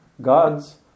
god's